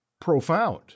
profound